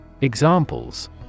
Examples